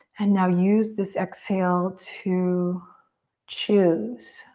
and now use this exhale to choose.